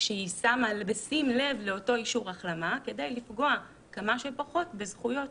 בשים לב לאותו אישור החלמה כדי לפגוע כמה שפחות בזכויות.